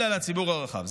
אלא לציבור הרחב.